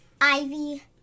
Ivy